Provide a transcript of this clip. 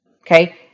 okay